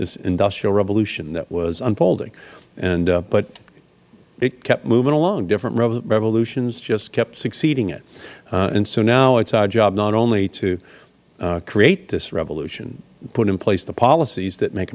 this industrial revolution that was unfolding but it kept moving along different resolutions just kept succeeding it and so now it is our job not only to create this revolution put in place the policies that make